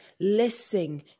listen